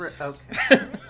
Okay